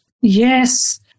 Yes